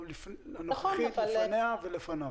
נכון.